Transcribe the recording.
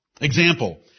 Example